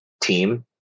team